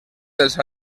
dels